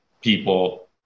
people